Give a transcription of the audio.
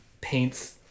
paints